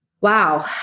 wow